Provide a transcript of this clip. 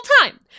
time